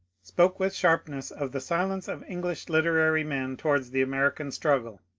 spoke with sharpness of the silence of english literary men towards the american struggle.